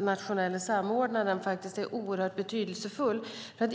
nationella samordnaren är betydelsefull.